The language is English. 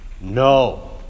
no